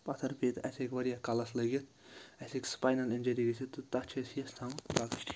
پتھٕر پیٚیہِ تہِ اَسہِ ہیٚکہِ واریاہ کَلَس لگِتھ اَسہِ ہیٚکہِ سُپاینَل اِنجٕری گٔژھِتھ تہٕ تَتھ چھِ اَسہِ حٮ۪س تھاوُن باقٕے چھِ ٹھیٖک